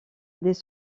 dès